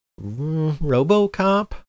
RoboCop